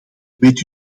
weet